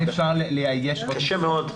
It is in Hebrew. יהיה קשה מאוד.